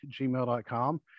gmail.com